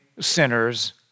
sinners